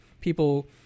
people